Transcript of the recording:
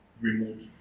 remote